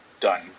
done